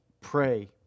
pray